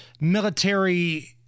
military